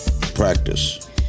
practice